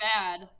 bad